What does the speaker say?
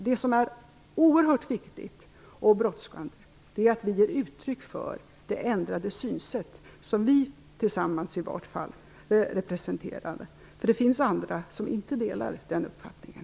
Det som är oerhört viktigt och brådskande är att vi ger uttryck för det ändrade synsätt som i alla fall vi tillsammans representerar. Det finns andra som inte delar den uppfattningen.